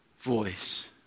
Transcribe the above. voice